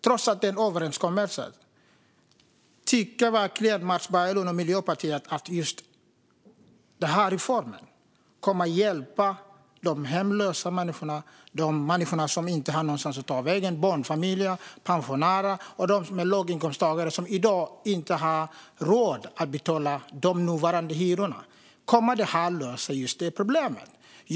Tror Mats Berglund och Miljöpartiet verkligen, oavsett överenskommelsen, att just denna reform kommer att hjälpa de hemlösa, människor som inte har någonstans att ta vägen, barnfamiljer, pensionärer och låginkomsttagare som i dag inte har råd att betala nuvarande hyror? Kommer förslaget att lösa detta problem?